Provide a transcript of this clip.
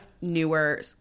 newer